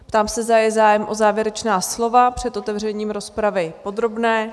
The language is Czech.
Ptám se, zda je zájem o závěrečná slova před otevřením rozpravy podrobné?